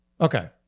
Okay